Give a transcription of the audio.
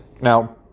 Now